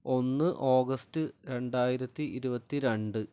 ഒന്ന് ഓഗസ്റ്റ് രണ്ടായിരത്തി ഇരുപത്തി രണ്ട്